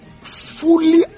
fully